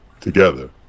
together